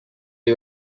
y’i